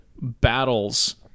battles